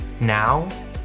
Now